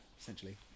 essentially